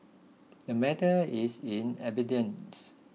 the matter is in abeyance